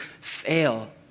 fail